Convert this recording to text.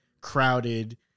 crowded